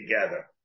together